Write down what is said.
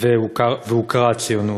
והוכרה הציונות,